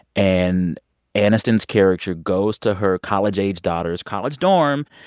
and aniston's character goes to her college-aged daughter's college dorm.